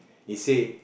he say